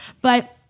But-